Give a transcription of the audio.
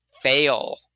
fail